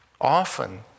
Often